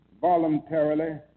voluntarily